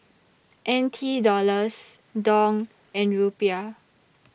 N T Dollars Dong and Rupiah